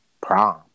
prom